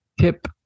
Tip